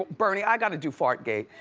bernie, i gotta do fartgate.